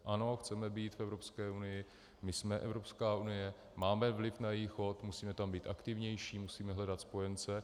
Ano, chceme být v Evropské unii, my jsme Evropská unie, máme vliv na její chod, musíme tam být aktivnější, musíme hledat spojence.